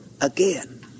again